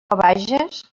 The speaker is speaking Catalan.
vages